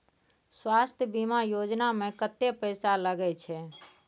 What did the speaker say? स्वास्थ बीमा योजना में कत्ते पैसा लगय छै?